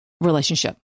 relationship